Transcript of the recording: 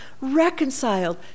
reconciled